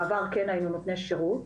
בעבר כן היינו נותני שירות,